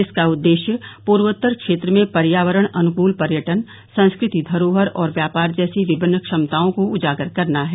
इसका उद्देश्य पूर्वोत्तर क्षेत्र में पर्यावरण अनुकल पर्यटन संस्कृति धरोहर और व्यापार जैसी विभिन्न क्षमताओं को उजागर करना है